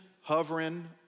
hovering